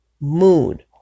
mood